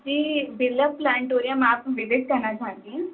جی Birla planetarium آپ visit کرنا چاہتی ہیں